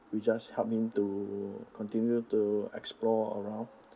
we just help him to continue to explore around